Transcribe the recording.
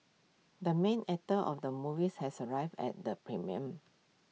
the main actor of the movies has arrived at the premiere